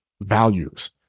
values